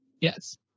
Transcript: Yes